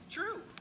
True